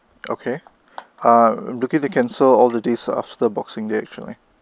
okay ah I'm looking to cancel all the days after boxing day actually